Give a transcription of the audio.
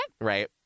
Right